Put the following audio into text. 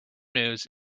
news